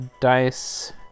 Dice